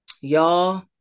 Y'all